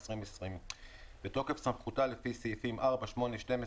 התשפ״א־ 2020 תיקון תקנה 1 תיקון תקנה 7 תיקון תקנה 26